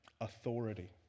authority